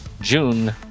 June